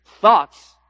thoughts